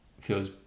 feels